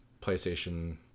PlayStation